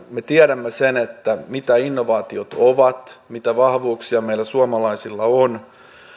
me tiedämme sen mitä innovaatiot ovat mitä vahvuuksia meillä suomalaisilla on